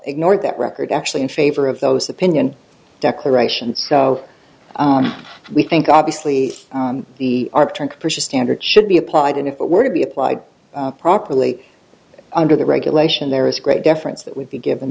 ignored that record actually in favor of those opinion declarations so we think obviously the are trying to push a standard should be applied and if it were to be applied properly under the regulation there is great deference that would be given